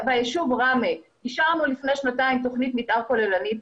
ביישוב ראמה אישרנו לפני שנתיים תוכנית מתאר כוללנית,